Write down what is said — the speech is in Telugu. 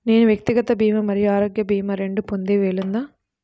నేను వ్యక్తిగత భీమా మరియు ఆరోగ్య భీమా రెండు పొందే వీలుందా?